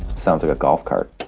sounds like a golf cart.